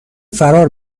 فرار